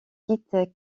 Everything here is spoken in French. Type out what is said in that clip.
kit